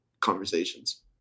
conversations